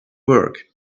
work